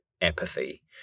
apathy